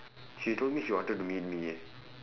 she told me she wanted to meet me